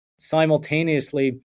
simultaneously